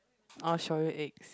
I want shoyu eggs